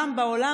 גם בעולם,